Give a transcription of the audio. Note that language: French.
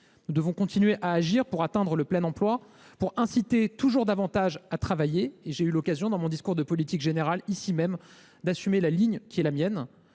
Nous devons continuer d’agir pour atteindre le plein emploi, pour inciter toujours davantage à travailler. J’ai eu l’occasion, dans mon discours de politique générale, ici même, d’assumer la ligne qui est la mienne